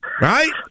right